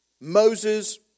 Moses